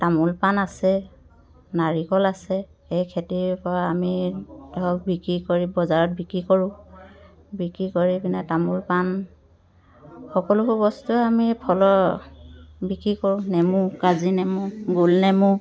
তামোল পাণ আছে নাৰিকল আছে সেই খেতিৰপৰা আমি ধৰক বিক্ৰী কৰি বজাৰত বিক্ৰী কৰোঁ বিক্ৰী কৰি পিনে তামোল পাণ সকলোবোৰ বস্তুৱে আমি ফলৰ বিক্ৰী কৰোঁ নেমু কাজি নেমু গোল নেমু